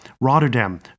Rotterdam